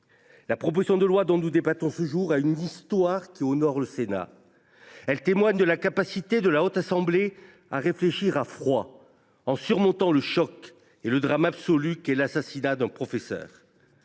La proposition de loi dont nous débattons aujourd’hui a une histoire qui honore le Sénat. Elle témoigne de la capacité de la Haute Assemblée à réfléchir à froid, en surmontant le choc et le drame absolu qu’est l’assassinat d’un professeur.